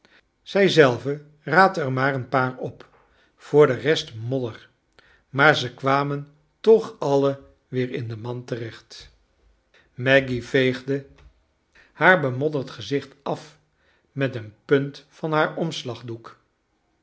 zij zeive raapte er maar een paar op voor de rest modder maar ze kwamen toch alle weer in de eiand terecht maggy veegde haar bemodderd gezicht af met een punt van haar omslagdoek